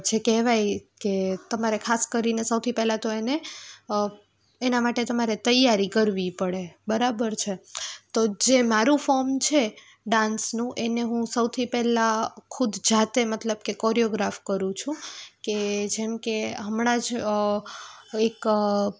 જે કહેવાય કે તમારે ખાસ કરીને સૌથી પહેલાં તો એને એના માટે તૈયારી કરવી પડે બરાબર છે તો જે મારું ફોર્મ છે ડાન્સનું એને હું સૌથી પહેલાં ખુદ જાતે મતલબ કે કોરિયોગ્રાફ કરું છું કે જેમકે હમણાં જ એક